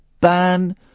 ban